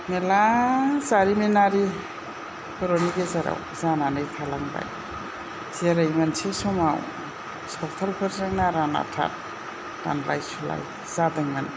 मेरला जारिमिनारि बर'नि गेजेराव जानानै थालांबाय जेरै मोनसे समाव सावथालफोरजों नारा नारथा दानलाय सुलाय जादोंमोन